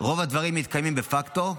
רוב הדברים מתקיימים דה פקטו,